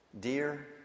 Dear